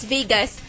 Vegas